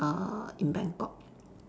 err in Bangkok